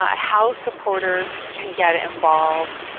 ah how supporters can get involved.